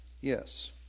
Yes